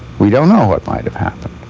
we don't know what might've happened.